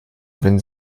wenn